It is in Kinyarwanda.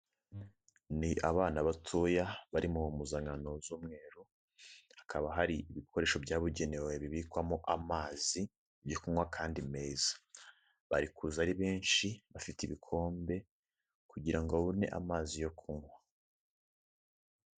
Ni abana batoya bari mu mpuzankano z'umweru, hakaba hari ibikoresho byabugenewe bibikwamo amazi byo kunywa kandi meza, bari kuza ari benshi bafite ibikombe kugira ngo babone amazi yo kunywa.